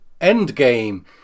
endgame